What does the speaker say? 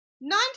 nine